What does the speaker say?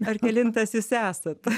ar kelintas jūs esat